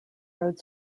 road